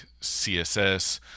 CSS